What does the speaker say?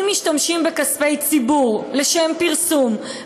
שאם משתמשים בכספי ציבור לשם פרסום,